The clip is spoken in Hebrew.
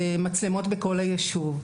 מצלמות בכל היישוב.